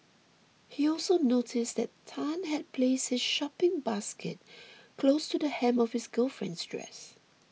he also noticed Tan had placed his shopping basket close to the hem of his girlfriend's dress